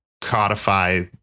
codify